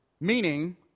Meaning